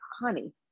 honey